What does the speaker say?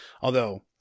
although-